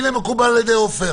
הנה, מקובל על ידי עופר.